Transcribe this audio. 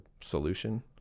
solution